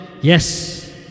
Yes